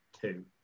two